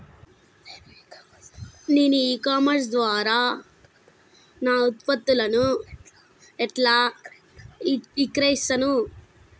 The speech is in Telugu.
నేను ఇ కామర్స్ ద్వారా నా ఉత్పత్తులను ఎట్లా విక్రయిత్తను?